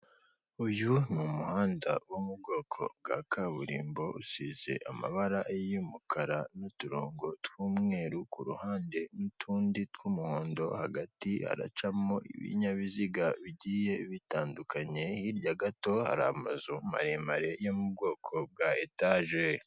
Uyu umuhanda wo mu bwoko bwa kaburimbo usize amabara y'umukara n'uturongo tw'umweru, kuhande n'utundi tw'umuhondo hagati aracamo ibinyabiziga bigiye bitandukanye, hirya gato hari amazu maremare yo mu bwoko bwa etaje.